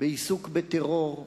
בעיסוק בטרור,